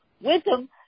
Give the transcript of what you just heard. Wisdom